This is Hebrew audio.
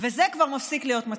וזה כבר מפסיק להיות מצחיק,